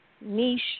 niche